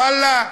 ואללה,